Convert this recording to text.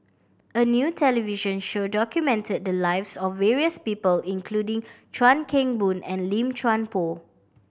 a new television show documented the lives of various people including Chuan Keng Boon and Lim Chuan Poh